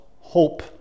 hope